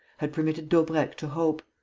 had permitted daubrecq to hope.